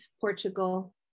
Portugal